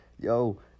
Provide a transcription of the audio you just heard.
Yo